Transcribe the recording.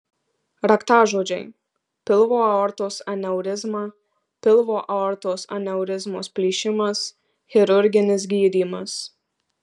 raktažodžiai pilvo aortos aneurizma pilvo aortos aneurizmos plyšimas chirurginis gydymas